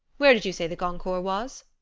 where did you say the goncourt was?